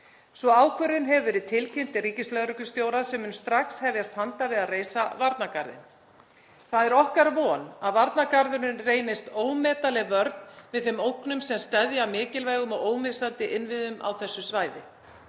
Sú ákvörðun hefur verið tilkynnt ríkislögreglustjóra sem mun strax hefjast handa við að reisa varnargarðinn. Það er okkar von að varnargarðurinn reynist ómetanleg vörn við þeim ógnum sem steðja að mikilvægum og ómissandi innviðum á þessu svæði.